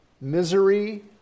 misery